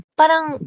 parang